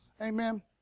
Amen